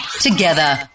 together